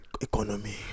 economy